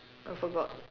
I forgot